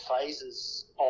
phases